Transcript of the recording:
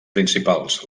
principals